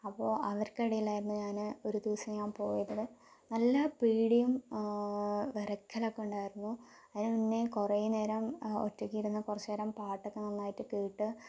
അപ്പോൾ അവർക്കിടയിൽ ആയിരുന്നു ഞാന് ഒരു ദിവസം ഞാൻ പോയത് നല്ല പേടിയും വിറയ്ക്കലൊക്കെ ഉണ്ടായിരുന്നു അതിന് മുന്നേ കുറെ നേരം ഒറ്റയ്ക്കിരുന്ന് കുറച്ച് നേരം പാട്ടൊക്കെ നന്നായിട്ട് കേട്ട്